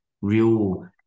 real